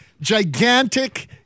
gigantic